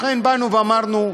לכן אמרנו: